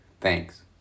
Thanks